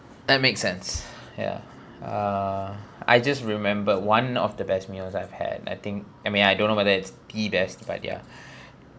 that makes sense ya uh I just remembered one of the best meals I've had I think I mean I don't know whether it's the best but ya